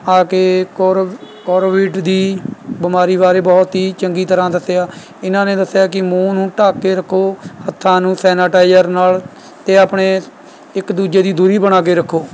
ਆ ਕੇ ਕੋਰਵੀ ਕੋਰਵਿਡ ਦੀ ਬਿਮਾਰੀ ਬਾਰੇ ਬਹੁਤ ਹੀ ਚੰਗੀ ਤਰ੍ਹਾਂ ਦੱਸਿਆ ਇਨ੍ਹਾਂ ਨੇ ਦੱਸਿਆ ਕਿ ਮੂੰਹ ਨੂੰ ਢੱਕ ਕੇ ਰੱਖੋ ਹੱਥਾਂ ਨੂੰ ਸੈਨਾਟਾਈਜ਼ਰ ਨਾਲ਼ ਅਤੇ ਆਪਣੇ ਇੱਕ ਦੂਜੇ ਦੀ ਦੂਰੀ ਬਣਾ ਕੇ ਰੱਖੋ